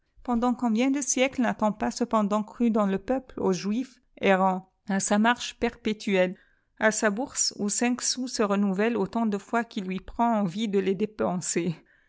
pendant combien de siècles n'a-t-on pas cependant cru dans le peuple au juif errant à sa marche perpétuelle à sa bourse où cinq sous se renouvellent autant de fois qu'il lui prend envie de les dépenser